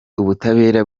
ubutabera